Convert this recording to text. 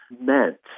meant